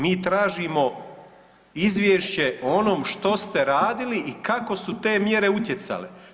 Mi tražimo izvješće o onom što ste radili i kako su te mjere utjecale.